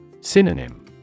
Synonym